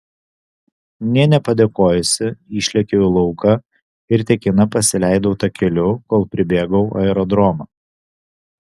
nė nepadėkojusi išlėkiau į lauką ir tekina pasileidau takeliu kol pribėgau aerodromą